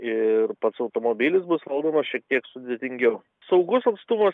iir pats automobilis bus valdomas šiek tiek sudėtingiau saugus atstumas